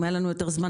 אם היה לנו יותר זמן,